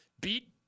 beat